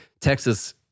Texas